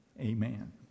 Amen